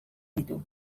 ditu